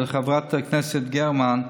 חברת הכנסת גרמן,